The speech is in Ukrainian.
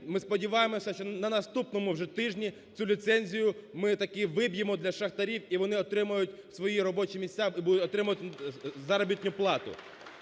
ми сподіваємося, що на наступному вже тижні цю ліцензію ми таки виб'ємо для шахтарів і вони отримають свої робочі місця, отримають заробітну плату.